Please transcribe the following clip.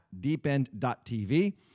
deepend.tv